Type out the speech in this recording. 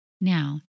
Now